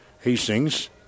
Hastings